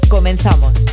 ¡Comenzamos